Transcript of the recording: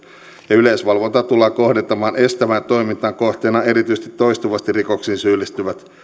ja yleisvalvontaa tullaan kohdentamaan estävään toimintaan kohteena erityisesti toistuvasti rikoksiin syyllistyvät